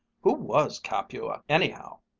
who was capua, anyhow?